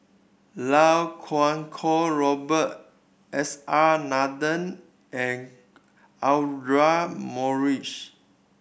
Iau Kuo Kwong Robert S R Nathan and Audra Morrice